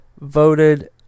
voted